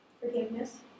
Forgiveness